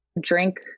drink